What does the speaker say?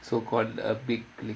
so called a big